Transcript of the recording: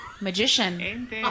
Magician